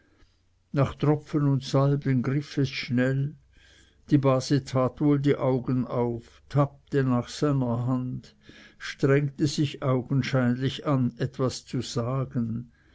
nach tropfen und salben griff es schnell die base tat wohl die augen auf tappte nach seiner hand strengte sich augenscheinlich an etwas zu sagen